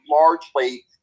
largely